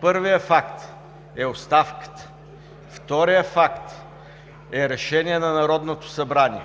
Първият факт е оставката, вторият факт е решение на Народното събрание,